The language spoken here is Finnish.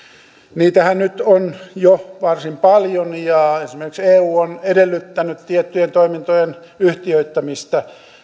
niitähän nyt on jo varsin paljon ja esimerkiksi eu on edellyttänyt tiettyjen toimintojen yhtiöittämistä